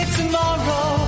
tomorrow